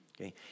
okay